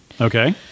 Okay